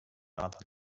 other